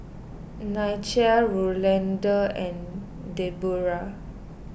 Nichelle Rolanda and Debroah